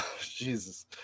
Jesus